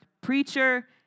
Preacher